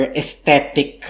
aesthetic